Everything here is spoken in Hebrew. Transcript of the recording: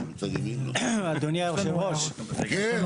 אדוני היושב-ראש, יש לי